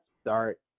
start